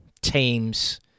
teams